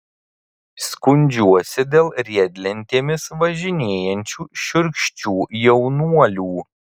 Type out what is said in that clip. skundžiuosi dėl riedlentėmis važinėjančių šiurkščių jaunuolių